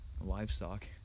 livestock